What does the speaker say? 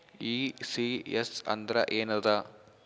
ECS ಅಂದ್ರ ಏನದ?